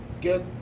get